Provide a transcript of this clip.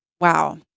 wow